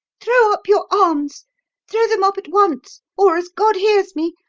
throw up your arms throw them up at once, or, as god hears me,